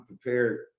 prepared